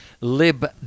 Lib